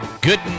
Good